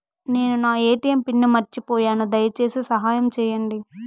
నేను నా ATM pin మర్చిపోయాను, దయచేసి సహాయం చేయండి